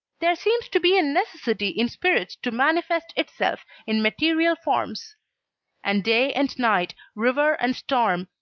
there seems to be a necessity in spirit to manifest itself in material forms and day and night, river and storm,